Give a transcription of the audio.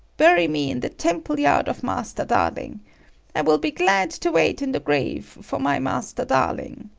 bury me in the temple yard of master darling. i will be glad to wait in the grave for my master darling.